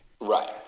Right